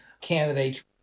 candidates